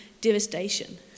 devastation